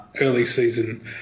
early-season